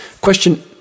Question